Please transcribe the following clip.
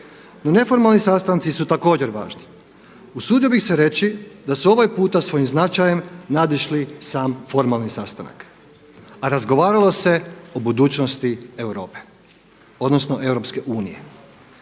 No neformalni sastanci su također važni. Usudio bih se reći da su ovaj puta svojim značajem nadišli sam formalni sastanak, a razgovaralo se o budućnosti Europe, odnosno EU. Predsjednik